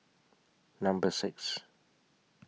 Number six